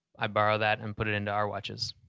i borrow that and put it into our watches.